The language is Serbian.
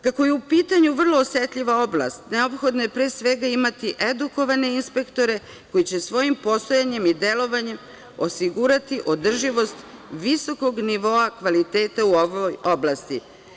Kako je u pitanju vrlo osetljiva oblast, neophodno je, pre svega, imati edukovane inspektore koji će svojim postojanjem i delovanjem osigurati održivost visokog nivoa kvaliteta u ovoj oblasti.